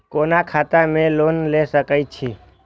कोन खाता में लोन ले सके छिये?